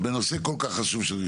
בנושא כל כך חשוב.